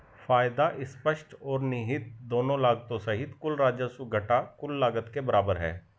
फायदा स्पष्ट और निहित दोनों लागतों सहित कुल राजस्व घटा कुल लागत के बराबर है